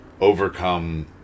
overcome